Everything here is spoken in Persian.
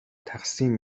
تقسیم